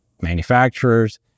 manufacturers